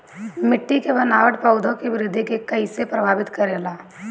मिट्टी के बनावट पौधों की वृद्धि के कईसे प्रभावित करेला?